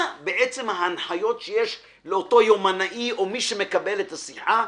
מה ההנחיות שיש ליומנאי או למי שמקבל את השיחה?